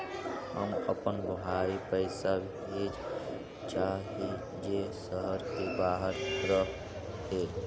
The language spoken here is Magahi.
हम अपन भाई पैसा भेजल चाह हीं जे शहर के बाहर रह हे